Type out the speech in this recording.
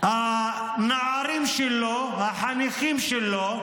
הנערים שלו, החניכים שלו,